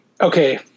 okay